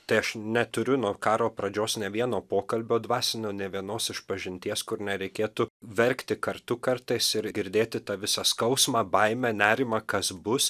tai aš neturiu nuo karo pradžios nė vieno pokalbio dvasinio nė vienos išpažinties kur nereikėtų verkti kartu kartais ir girdėti tą visą skausmą baimę nerimą kas bus